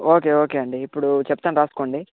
okay okay అండి ఇప్పుడు చెప్తాను రాసుకోండి